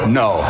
no